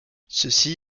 ceci